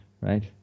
Right